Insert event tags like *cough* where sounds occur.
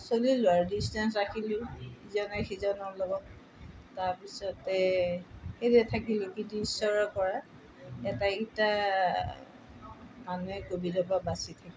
চলিলোঁ আৰু ডিছটেন্স ৰাখিলোঁ ইজনে সিজনৰ লগত তাৰপিছতে সেই থাকিলোঁ কি *unintelligible* পৰা এটা ইটা মানুহে ক'ভিডৰ পৰা বাচি থাকি